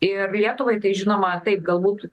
ir lietuvai tai žinoma taip galbūt